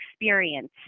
experience